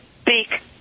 speak